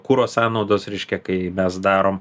kuro sąnaudos reiškia kai mes darom